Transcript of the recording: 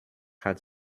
hat